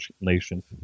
nations